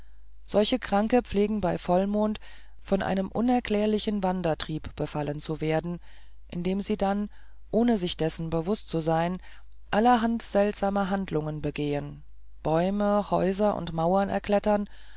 solche kranke pflegen bei vollmond von einem unerklärlichen wandertrieb befallen zu werden in dem sie dann ohne sich dessen bewußt zu sein allerhand seltsame handlungen begehen bäume häuser und mauern erklettern